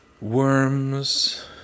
worms